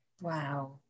wow